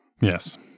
Yes